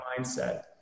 mindset